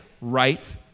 right